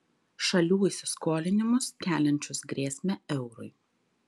šalių įsiskolinimus keliančius grėsmę eurui